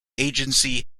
agency